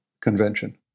convention